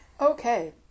Okay